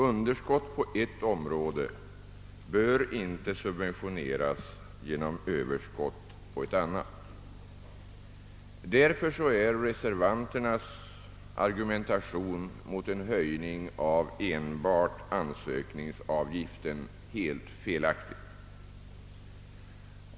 Underskott på ett område bör inte subventioneras genom överskott på ett annat. Därför är reservanternas argumentation mot en höjning av enbart ansökningsavgiften helt felaktig.